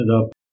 up